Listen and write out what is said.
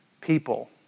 people